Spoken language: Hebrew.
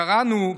קראנו,